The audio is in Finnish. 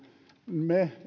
me